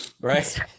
Right